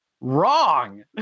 Wrong